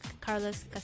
Carlos